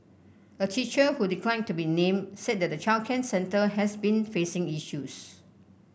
a teacher who declined to be named said that the childcare centre has been facing issues